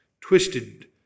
twisted